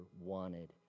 wanted